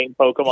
Pokemon